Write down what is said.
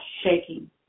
shaking